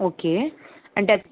okay आणि त्यात